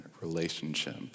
relationship